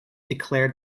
declared